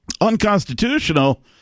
Unconstitutional